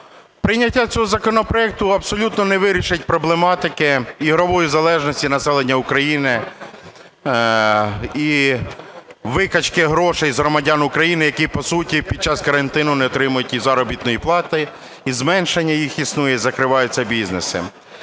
прийняття цього законопроекту абсолютно не вирішить проблематики ігрової залежності населення України і викачки грошей з громадян України, які, по суті, під час карантину не отримують ні заробітної плати, і зменшення її існує, і закриваються бізнеси.